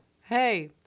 Hey